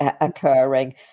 occurring